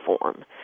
form